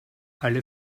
alle